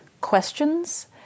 questions